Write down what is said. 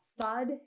thud